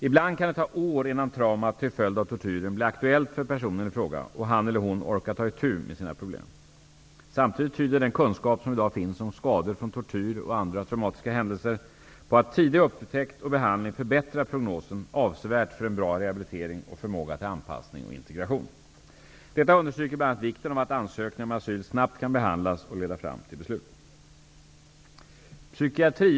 Ibland kan det ta år innan traumat till följd av tortyren blir aktuellt för personen i fråga och han eller hon orkar ta itu med sina problem. Samtidigt tyder den kunskap som i dag finns om skador från tortyr och andra traumatiska händelser på att tidig upptäckt och behandling förbättrar prognosen avsevärt för en bra rehabilitering och förmåga till anpassning och integration. Detta understryker bl.a. vikten av att ansökningar om asyl snabbt kan behandlas och leda fram till beslut.